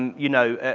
and you know,